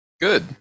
Good